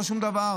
לא שום דבר.